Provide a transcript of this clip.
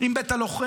עם בית הלוחם.